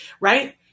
Right